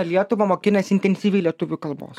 lietuvą mokinasi intensyviai lietuvių kalbos